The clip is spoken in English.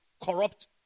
corrupt